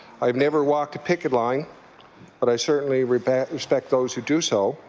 i have never walked a picket line but i certainly respect respect those who do so